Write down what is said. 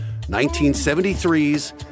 1973's